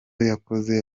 yakoze